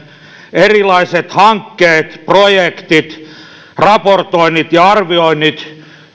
erilaiset hankkeet projektit raportoinnit ja arvioinnit